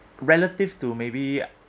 relative to maybe